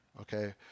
okay